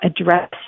address